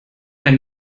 eine